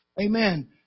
Amen